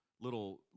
little